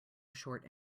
short